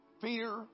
Fear